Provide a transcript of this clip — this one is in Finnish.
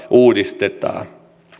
uudistetaan